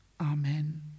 Amen